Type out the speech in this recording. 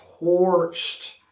torched